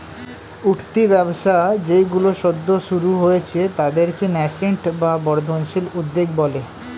উঠতি ব্যবসা যেইগুলো সদ্য শুরু হয়েছে তাদেরকে ন্যাসেন্ট বা বর্ধনশীল উদ্যোগ বলে